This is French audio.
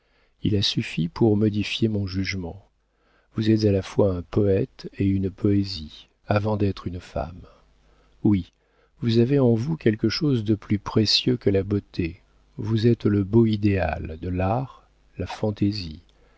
il a suffi pour modifier mon jugement vous êtes à la fois un poëte et une poésie avant d'être une femme oui vous avez en vous quelque chose de plus précieux que la beauté vous êtes le beau idéal de l'art la fantaisie